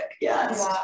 Yes